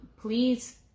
Please